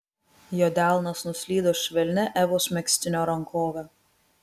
jo delnas nuslydo švelnia evos megztinio rankove